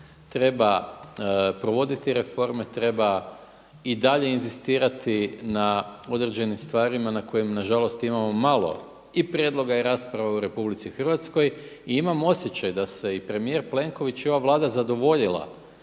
Treba provoditi reforme, treba i dalje inzistirati na određenim stvarima na kojima nažalost imamo i malo i prijedloga i rasprava u RH. I imam osjećaj da se i premijer Plenković i ova Vlada zadovoljila